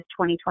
2020